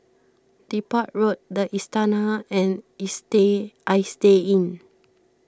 Depot Road the Istana and Istay Inn